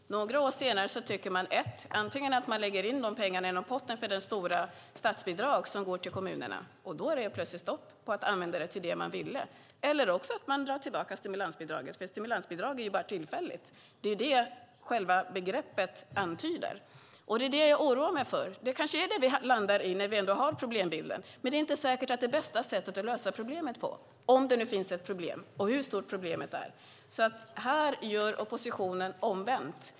Några år senare lägger man antingen in pengarna inom potten för det stora statsbidrag som går till kommunerna - och då är det plötsligt stopp på att använda det till det man ville - eller också drar man tillbaka stimulansbidraget. Stimulansbidrag är ju bara tillfälligt; det är vad själva begreppet antyder. Det är det här jag oroar mig för. Det kanske är stimulansbidrag som vi landar i när vi en dag har problembilden. Men det är inte säkert att det är det bästa sättet att lösa problemet på - om det nu finns ett problem. Och hur stort är problemet? Här gör oppositionen omvänt.